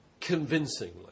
convincingly